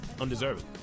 undeserved